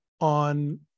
on